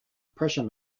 pressure